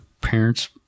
parents